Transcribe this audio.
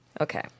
Okay